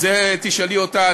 את זה תשאלי אותה,